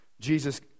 Jesus